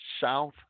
South